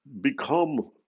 become